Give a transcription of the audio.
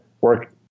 work